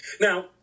Now –